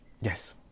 Yes